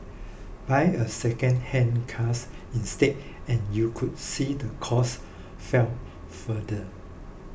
buy a second hand cars instead and you could see the costs fell further